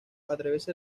atraviesa